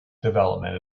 development